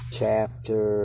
chapter